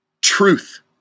truth